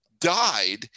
died